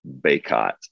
Baycott